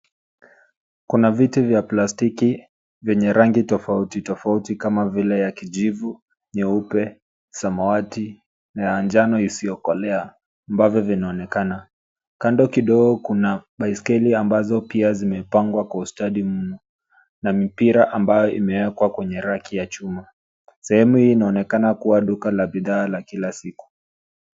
Kuna viti vya plastiki venye rangi tofauti tofauti kama vile kijivu, nyeupe, samawati na njano isiyokolea ambavyo vinaonekana. Kando kidogo kuna baiskeli ambazo pia zimepangwa kwa ustadi mno na mipira ambayo imewekwa kwenye raki ya chuma. Sehemu hii inaonekana kuwa duka la bidhaa la kila siku.